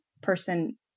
person